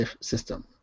System